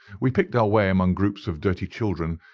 we picked our way among groups of dirty children,